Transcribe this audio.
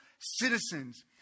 citizens